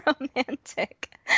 romantic